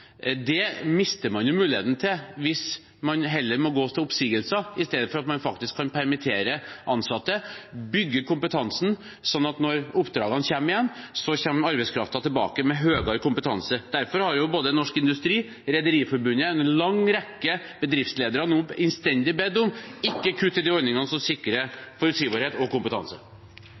Det mister man muligheten til hvis man må gå til oppsigelser i stedet for å permittere ansatte og bygge kompetansen, slik at når oppdragene kommer igjen, kommer arbeidskraften tilbake med høyere kompetanse. Derfor har både Norsk Industri og Rederiforbundet og en lang rekke bedriftsledere nå innstendig bedt om at man ikke kutter i de ordningene som sikrer forutsigbarhet og kompetanse.